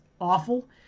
awful